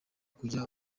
kurya